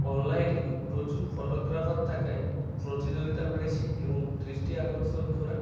অনলাইনে প্রচুর ফটোগ্রাফার থাকায় প্রতিযোগিতা বেড়েছে এবং দৃষ্টি আকর্ষণ করা